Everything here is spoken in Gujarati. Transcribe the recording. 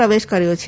પ્રવેશ કર્યો છે